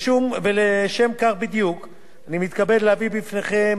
ולשם כך בדיוק אני מתכבד להביא בפניכם,